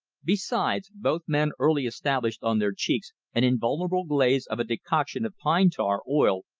besides, both men early established on their cheeks an invulnerable glaze of a decoction of pine tar, oil,